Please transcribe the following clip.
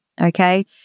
okay